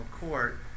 Court